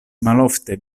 malofte